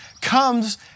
comes